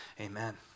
Amen